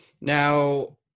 Now